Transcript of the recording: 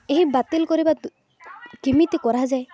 ଏହି ବାତିଲ କରିବା କେମିତି କରାଯାଏ